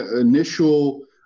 initial